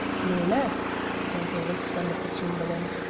no less, frankly responded the chamberlain.